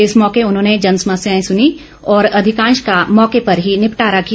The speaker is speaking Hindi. इस मौके उन्होंने जनसमस्याएं सुनी और अधिकांश का मौके पर निपटारा किया